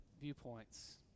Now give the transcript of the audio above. viewpoints